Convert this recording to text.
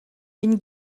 une